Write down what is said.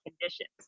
conditions